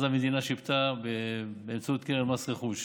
אז המדינה שיפתה באמצעות קרן מס רכוש.